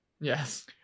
Yes